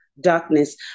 darkness